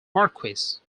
marquess